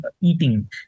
eating